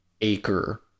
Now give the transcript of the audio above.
acre